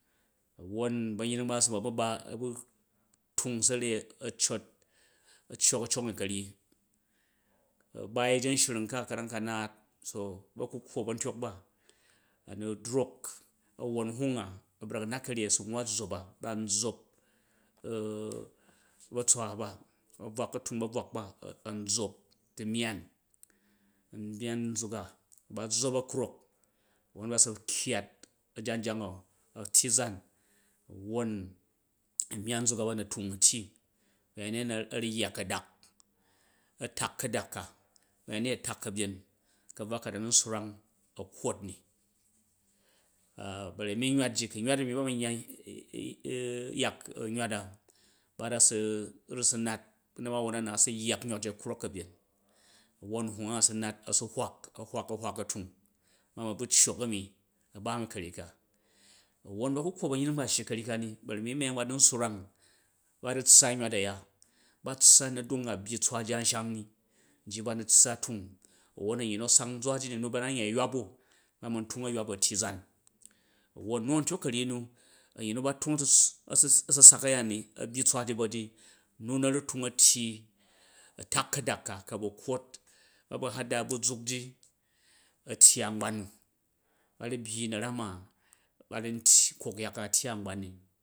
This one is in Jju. Won ba̱ngring ba a̱ su na bu̱ ba a̱bu tung sa̱rai a̱ cot, a̱ ccok a̱ congika̱ryi bai a̱jenshring ka ka̱ram ka naat so ba̱ku̱kkwo ba̱ntyok ba a̱nu drok nhung a wwon nhung a abra̱k a̱nat ka̱ryi a̱ su nwwa zzop a ban zzop u̱ batswa ba ban tung ba̱bvwak ba a̱n zzap du̱myaan du̱myaan nzuk a ba zzop a̱krop won ba si ku̱yat a̱janjang u̱ a̱ tyi zam a̱won a̱myo nzok a ba na tung a̱ tung a̱ tyiz ba̱yanyet a̱ ruyya ka̱dak, ba̱yanyet a̱fak u̱ ka̱ak ka ba̱yanyet a̱ tak ka̱byen ka̱bvwa ka na̱ nu n swrang a̱ kkwot ni ba̱rami nyud ji ku nywat a̱mi ba man yya yak nywat a baru sa nat bu na̱mawon a̱ nat a̱ sa yyak nywat ji a̱ krok ka̱byen, a̱won nhunga u si nat a̱ su hwak, a̱ hwak a̱ hwak a̱ tung ba ma ba̱ ccok a̱mi a̱ ba mi ka̱ryi ka, a̱wwon ba̱kakkwo ba̱nyring ba a̱ shyi ka̱ryi ba̱ra̱mi myang ba nu̱ n swrong ba ni tssa nywat a̱ya, a tssa nadung aa byi tswa ji a̱nshanni, ba nu̱ tssa a̱ tung a̱won a̱won a̱nyi nu a̱ sang azwa ji nn naba na nyai aywap u̱, ba man tung a̱ywap u̱ a̱tyi zan, won nu a̱ntyok ka̱ryi nu a̱nyyi nu ba̱ tung a̱susak a̱ya ni a̱byyi tswa ji bat i nuna sa tung a̱tyi a̱tak a ka̱dak ka, ka a̱ bu̱ kkwot na ba̱ hada bu̱ zuk ji a̱ tyi a̱ngbam nu ba̱ ru byyi na̱ram baru nlcok yak a̱tyi ạngban.